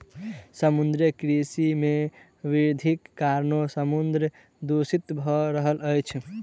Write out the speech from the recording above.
समुद्रीय कृषि मे वृद्धिक कारणेँ समुद्र दूषित भ रहल अछि